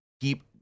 Keep